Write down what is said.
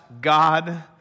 God